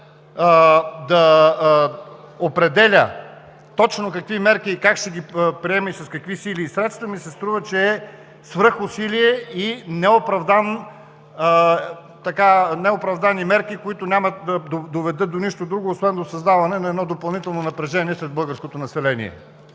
да определя точно какви мерки и как ще ги приеме, с какви сили и средства, ми се струва, че е свръхусилие и са неоправдани мерки, които няма да доведат до нищо друго, освен до създаване на едно допълнително напрежение сред българското население.